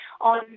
on